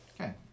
okay